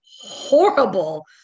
horrible